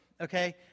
okay